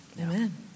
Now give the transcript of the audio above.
Amen